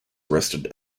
arrested